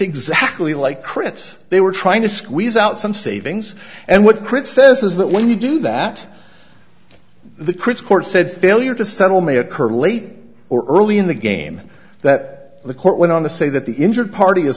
exactly like chris they were trying to squeeze out some savings and what chris says is that when you do that the chris court said failure to settle may occur late or early in the game that the court went on to say that the injured party is